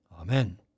Amen